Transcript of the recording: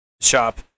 shop